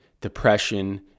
depression